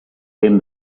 him